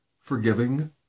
forgiving